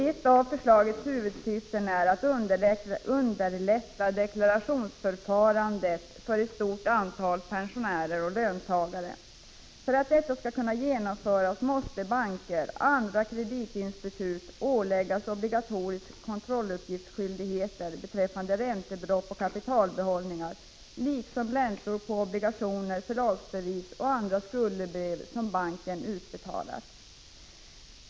Ett av förslagets huvudsyften är att underlätta deklarationsförfarandet för ett stort antal pensionärer och löntagare. För att detta skall kunna genomföras måste banker och andra kreditinstitut åläggas obligatorisk kontrolluppgiftsskyldighet beträffande räntebelopp och kapitalbehållningar, liksom räntor på obligationer, förlagsbevis och andra skuldebrev som dessa utbetalt.